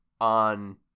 on